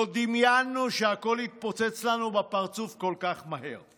לא דמיינו שהכול יתפוצץ לנו בפרצוף כל כך מהר.